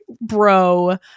bro